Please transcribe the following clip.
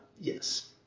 Yes